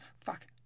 fuck